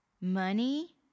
money